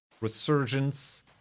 resurgence